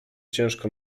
ciężko